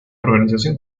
organización